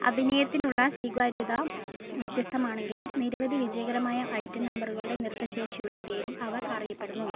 അഭിനയത്തിനുള്ള സ്വീകാര്യത വ്യത്യസ്തമാണെങ്കിലും നിരവധി വിജയകരമായ ഐറ്റം നമ്പറുകളുടെ നൃത്തം ശേഷിയുടെ പേരിൽ അവർ അറിയപ്പെടുന്നു